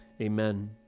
Amen